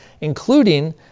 including